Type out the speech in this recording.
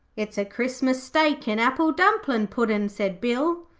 it's a christmas, steak, and apple-dumpling puddin' said bill.